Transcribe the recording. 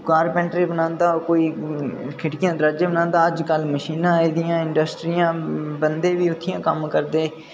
कोई कारपेंटरी बनांदा कोई खिड़कियां दरोआजे बनांदा अज्जकल मशीनां आई दियां इंडस्ट्रियां बंदे बी उत्थें कम्म करदे